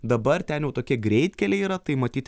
dabar ten jau tokie greitkeliai yra tai matyt